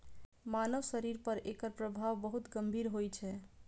मानव शरीर पर एकर प्रभाव बहुत गंभीर होइ छै